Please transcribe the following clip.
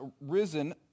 risen